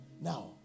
now